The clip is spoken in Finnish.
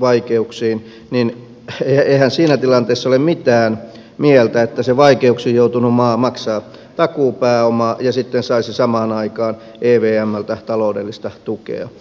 vaikeuksiin niin eihän siinä tilanteessa ole mitään mieltä että se vaikeuksiin joutunut maa maksaa takuupääomaa ja sitten saisi samaan aikaan evmltä taloudellista tukea